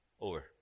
Over